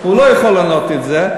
הוא לא יכול לענות על זה,